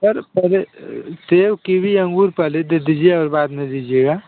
sir पहले सेब kiwi अंगूर पहले दे दीजिए और बाद में दीजिएगा